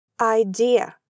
idea